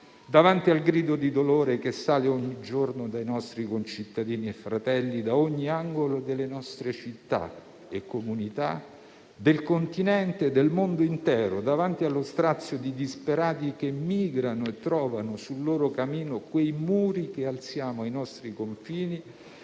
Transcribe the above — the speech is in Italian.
Davanti al grido di dolore che sale ogni giorno dai nostri concittadini e fratelli, da ogni angolo delle nostre città e comunità, del Continente, del mondo intero; davanti allo strazio di disperati che migrano e trovano sul loro cammino quei muri che alziamo ai nostri confini,